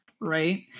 right